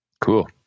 cool